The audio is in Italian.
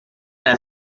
alla